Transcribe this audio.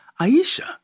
Aisha